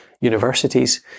universities